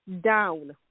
down